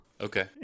Okay